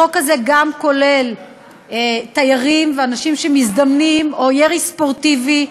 החוק הזה גם כולל תיירים ואנשים שמזדמנים וכן ירי ספורטיבי,